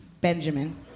Benjamin